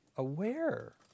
Aware